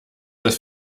das